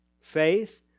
faith